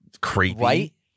creepy